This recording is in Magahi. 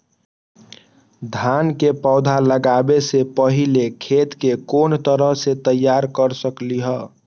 धान के पौधा लगाबे से पहिले खेत के कोन तरह से तैयार कर सकली ह?